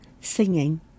Singing